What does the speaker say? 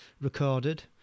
recorded